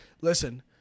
Listen